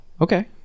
Okay